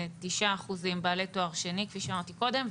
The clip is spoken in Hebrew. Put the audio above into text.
12.9% בעלי תואר שני כפי שאמרתי קודם.